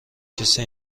کسی